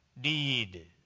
deed